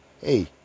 hey